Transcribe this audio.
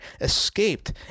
escaped